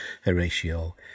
Horatio